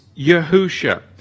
Yahusha